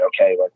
okay